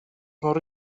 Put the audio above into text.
con